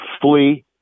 flee